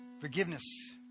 Forgiveness